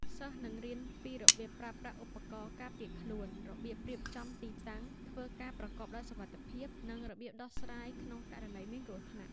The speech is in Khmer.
សិស្សនឹងរៀនពីរបៀបប្រើប្រាស់ឧបករណ៍ការពារខ្លួន របៀបរៀបចំទីតាំងធ្វើការប្រកបដោយសុវត្ថិភាព និងរបៀបដោះស្រាយក្នុងករណីមានគ្រោះថ្នាក់។